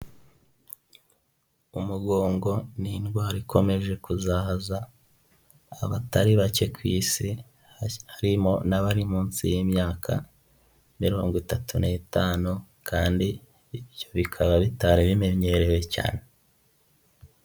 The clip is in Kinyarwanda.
Umugongo ni indwara ikomeje kuzahaza abatari bake ku isi, harimo n'abari munsi y'imyaka mirongo itatu n'itanu kandi ibyo bikaba bitari bimenyerewe cyane.